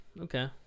Okay